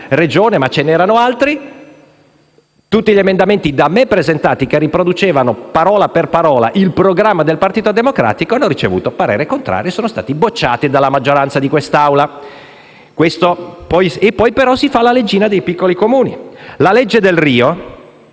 Regione, ma ve ne erano altri). Tutti gli emendamenti da me presentati, che riproducevano, parola per parola, il programma del Partito Democratico, hanno ricevuto parere contrario e sono stati respinti dalla maggioranza di quest'Assemblea. Poi, però, si fa la leggina dei piccoli Comuni. La legge Delrio